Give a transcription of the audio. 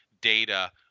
data